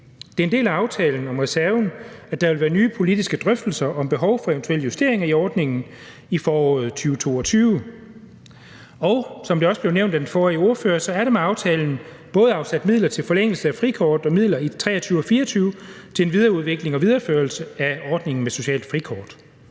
Det er en del af aftalen om reserven, at der vil være nye politiske drøftelser om behov for eventuelle justeringer i ordningen i foråret 2022. Og som det også blev nævnt af den forrige ordfører, er der med aftalen både afsat midler til forlængelse af frikort og midler i 2023 og 2024 til en videreudvikling og videreførelse af ordningen med socialt frikort.